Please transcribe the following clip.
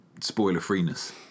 Spoiler-freeness